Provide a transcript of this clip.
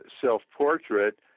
self-portrait